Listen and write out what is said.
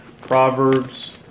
Proverbs